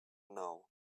now